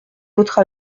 votre